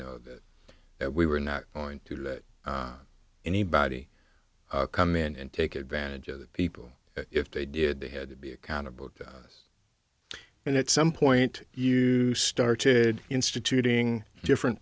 know that we were not going to let anybody come in and take advantage of the people if they did they had to be accountable to us and at some point you started instituting different